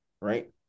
Right